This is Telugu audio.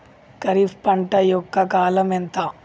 ఖరీఫ్ పంట యొక్క కాలం ఎంత?